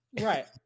Right